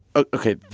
ok,